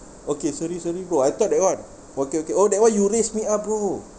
okay sorry sorry bro I thought that one okay okay oh that one you raise me up bro